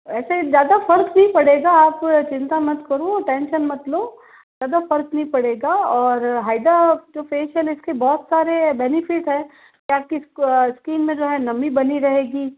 वैसे ज़्यादा फर्क नहीं पड़ेगा आप चिंता मत करो टेंशन मत लो ज़्यादा फर्क नहीं पड़ेगा और हाइड्रा जो फेशियल इसके बहुत सारे बेनिफिट हैं आपकी स्किन में जो है नमी बनी रहेगी